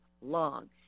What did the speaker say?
long